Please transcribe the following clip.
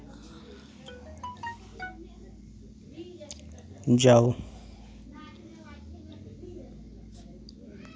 जाओ